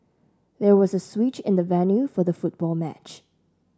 there was a switch in the venue for the football match